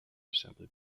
assembly